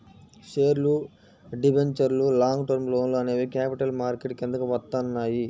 షేర్లు, డిబెంచర్లు, long term లోన్లు అనేవి క్యాపిటల్ మార్కెట్ కిందికి వత్తయ్యి